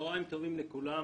צהריים טובים לכולם.